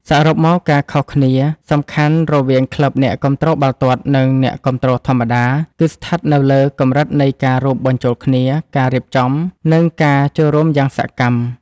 សរុបមក ការខុសគ្នាសំខាន់រវាងក្លឹបអ្នកគាំទ្របាល់ទាត់ និងអ្នកគាំទ្រធម្មតា គឺស្ថិតនៅលើកម្រិតនៃការរួមបញ្ចូលគ្នា ការរៀបចំ និងការចូលរួមយ៉ាងសកម្ម។